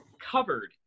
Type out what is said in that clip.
covered